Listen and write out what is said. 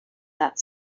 that